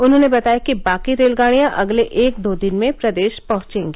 उन्होंने बताया कि बाकी रेलगाडियां अगले एक दो दिन में प्रदेश पहंचेंगी